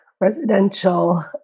residential